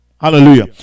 Hallelujah